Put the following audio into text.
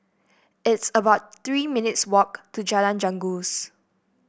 it's about Three minutes' walk to Jalan Janggus